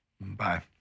Bye